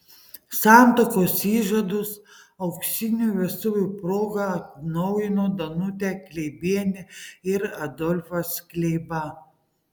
santuokos įžadus auksinių vestuvių proga atnaujino danutė kleibienė ir adolfas kleiba